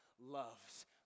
loves